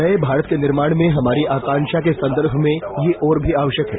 नये भारत के निर्माण में हमारी आकांक्षा के संदर्भ में यह और भी आवश्यक है